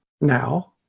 now